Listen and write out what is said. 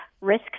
risk